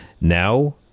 Now